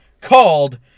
called